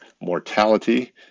mortality